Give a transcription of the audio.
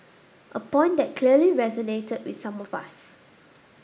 a point that clearly resonated with some of us